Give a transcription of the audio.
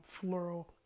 floral